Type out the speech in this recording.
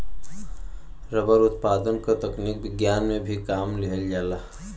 rubber उत्पादन क तकनीक विज्ञान में भी काम लिहल जाला